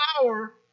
power